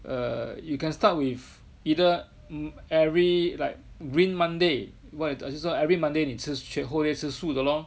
err you can start with either mm every like green Monday what so every Monday 你吃全部会吃素的咯